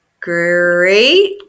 great